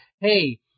hey